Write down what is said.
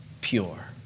pure